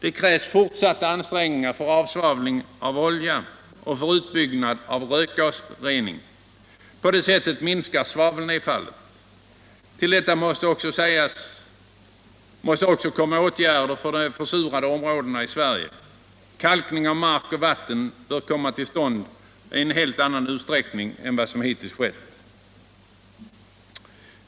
Det krävs fortsatta ansträngningar för avsvavling av olja och för utbyggnad av rökgasrening. På det sättet minskar svavelnedfallet. Till detta måste komma åtgärder för de försurade områdena i Sverige. Kalkning av mark och vatten bör komma till stånd i en helt annan utsträckning än-vad som hittills skett.